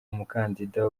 umukandida